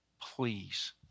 Please